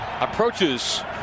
approaches